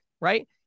Right